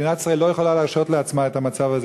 מדינת ישראל לא יכולה להרשות לעצמה את המצב הזה.